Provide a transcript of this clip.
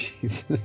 Jesus